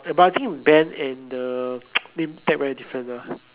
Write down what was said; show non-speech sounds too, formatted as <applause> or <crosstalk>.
eh but I think band and the <noise> name tag very different lah